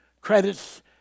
Credits